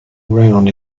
round